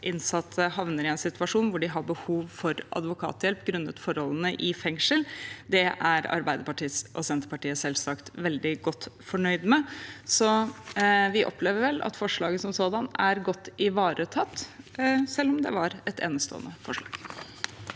som kan gjøre at innsatte har behov for advokathjelp grunnet forholdene i fengsel. Det er Arbeiderpartiet og Senterpartiet selvsagt veldig godt fornøyd med. Vi opplever vel at forslaget som sådant er godt ivaretatt, selv om det er et enestående forslag.